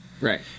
right